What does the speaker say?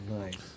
Nice